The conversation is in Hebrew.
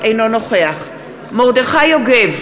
אינו נוכח מרדכי יוגב,